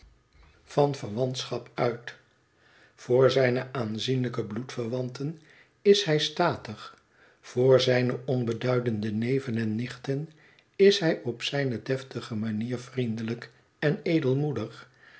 kastanje hof schap uit voor zijne aanzienlijke bloedverwanten is hij statig voor zijne onbeduidende neven en nichten is hij op zijne deftige manier vriendelijk en edelmoedig